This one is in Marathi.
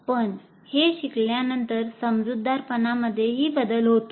पण हे शिकल्यानंतर समजूतदारपणामध्येही बदल होतो